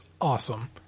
awesome